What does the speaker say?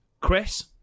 Chris